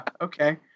Okay